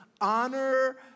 honor